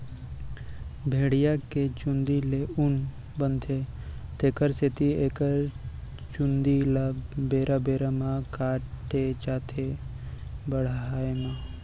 भेड़िया के चूंदी ले ऊन बनथे तेखर सेती एखर चूंदी ल बेरा बेरा म काटे जाथ बाड़हे म